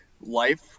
life